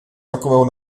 takového